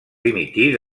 dimitir